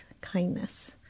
kindness